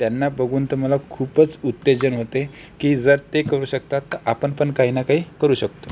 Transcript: त्यांना बघून तुम्हाला खूपच उत्तेजन होते की जर ते करू शकतात आपण पण काहीना काही करू शकतो